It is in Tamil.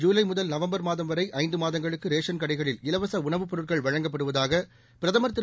ஜூலை முதல் நவம்பர் மாதம்வரை ஐந்து மாதங்களுக்கு ரேஷன் கடைகளில் இலவச உணவுப் பொருட்கள் வழங்கப்படுவதாக பிரதமர் திரு